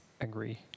agree